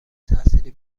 تحصیلی